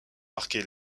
marqué